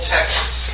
Texas